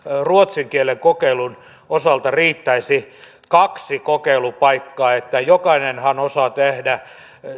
ruotsin kielen kokeilun osalta riittäisi kaksi kokeilupaikkaa jokainenhan osaa tehdä